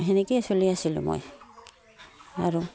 সেনেকৈয়ে চলি আছিলোঁ মই আৰু